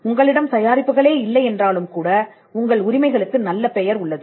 உங்களிடம் தயாரிப்புகளே இல்லை என்றாலும் கூட உங்கள் உரிமைகளுக்கு நல்ல பெயர் உள்ளது